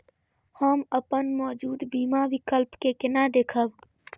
हम अपन मौजूद बीमा विकल्प के केना देखब?